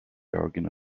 jargon